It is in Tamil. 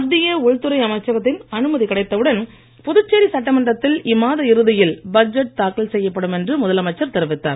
மத்திய உள்துறை அமைச்சகத்தின் அனுமதி கிடைத்தவுடன் புதுச்சேரி சட்டமன்றத்தில் இம்மாத இறுதியில் பட்ஜெட் தாக்கல் செய்யப்படும் என்று முதலமைச்சர் தெரிவித்தார்